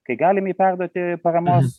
kai galim jį perduoti paramos